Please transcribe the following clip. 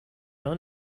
own